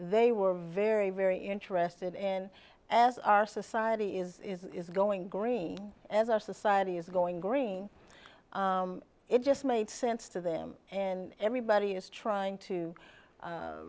they were very very interested in as our society is going green as our society is going green it just made sense to them and everybody is trying to